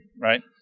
Right